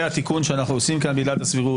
התיקון שאנחנו עושים כאן בעילת הסבירות,